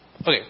Okay